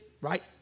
right